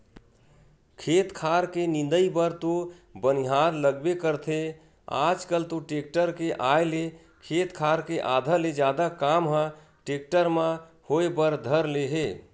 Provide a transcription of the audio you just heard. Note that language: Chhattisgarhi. खेत खार के निंदई बर तो बनिहार लगबे करथे आजकल तो टेक्टर के आय ले खेत खार के आधा ले जादा काम ह टेक्टर म होय बर धर ले हे